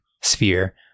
sphere